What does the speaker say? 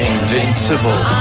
Invincible